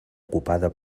ocupada